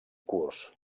curs